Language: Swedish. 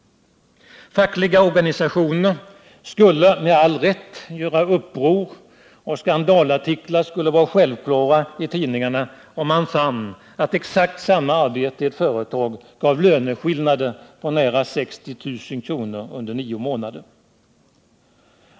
Fackliga organisationer skulle med all rätt göra uppror, och skandalartiklar skulle vara självklara i tidningar, om man fann att exakt samma arbete i ett företag gav löneskillnader på nära 60 000 under nio månader.